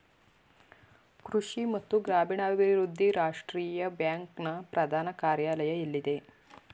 ಕೃಷಿ ಮತ್ತು ಗ್ರಾಮೀಣಾಭಿವೃದ್ಧಿ ರಾಷ್ಟ್ರೀಯ ಬ್ಯಾಂಕ್ ನ ಪ್ರಧಾನ ಕಾರ್ಯಾಲಯ ಎಲ್ಲಿದೆ?